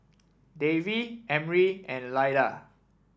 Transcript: Davy Emry and Lyda